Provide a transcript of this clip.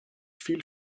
viel